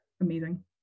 amazing